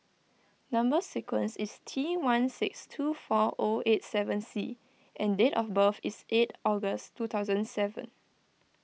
Number Sequence is T one six two four O eight seven C and date of birth is eight August two thousand and seven